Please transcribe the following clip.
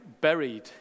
buried